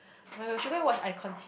[oh]-my-god you should go and watch iKon T_V